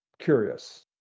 curious